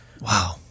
Wow